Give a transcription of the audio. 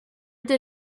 did